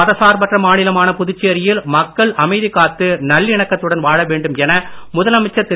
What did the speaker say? மதசார்பற்ற மாநிலமான புதுச்சேரியில் மக்கள் அமைதி காத்து நல்லிணக்கத்துடன் வாழ வேண்டும் என முதலமைச்சர் திரு